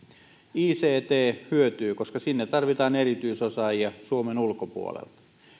ict hyötyy koska sinne tarvitaan erityisosaajia suomen ulkopuolelta